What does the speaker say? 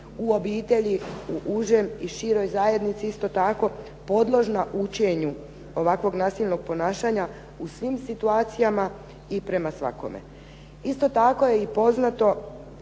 u obitelji u užem i široj zajednici isto tako podložna učenju ovakvog nasilnog ponašanja u svim situacijama i prema svakome. Isto tako je i poznato